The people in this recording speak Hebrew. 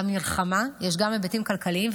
למלחמה יש גם היבטים כלכליים,